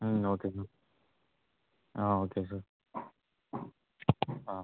ம் okay sir ஆ okay sir ஆ